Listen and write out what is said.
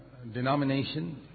Denomination